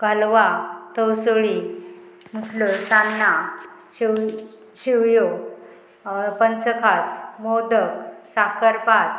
कालवा तवसळी मुटल्यो सान्नां शिव शिवयो पंच खास मोदक साकरपात